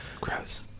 Gross